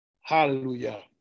Hallelujah